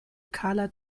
karla